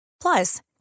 Plus